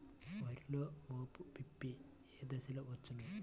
వరిలో మోము పిప్పి ఏ దశలో వచ్చును?